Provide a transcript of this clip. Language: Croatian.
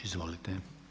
Izvolite.